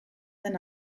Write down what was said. den